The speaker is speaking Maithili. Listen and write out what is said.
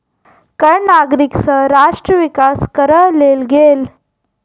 कर नागरिक सँ राष्ट्र विकास करअ लेल गेल